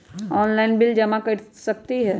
Online bill जमा कर सकती ह?